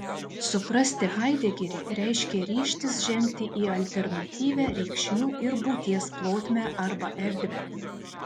suprasti haidegerį reiškia ryžtis žengti į alternatyvią reikšmių ir būties plotmę arba erdvę